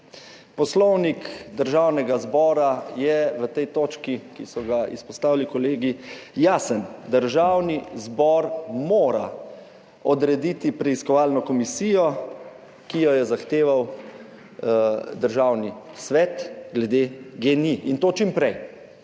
Poslovnik Državnega zbora je v tej točki, ki so ga izpostavili kolegi, jasen: Državni zbor mora odrediti preiskovalno komisijo, ki jo je zahteval Državni svet glede GEN-I, in to čim prej.